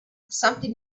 something